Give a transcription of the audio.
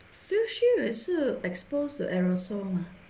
face shield 也是 exposed to aerosol mah